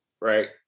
right